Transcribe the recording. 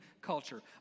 culture